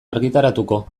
argitaratuko